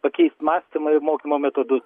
pakeist mąstymą ir mokymo metodus